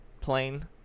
plane